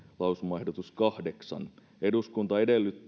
lausumaehdotus kahdeksan eduskunta